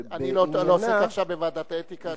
אני לא עוסק עכשיו בוועדת האתיקה,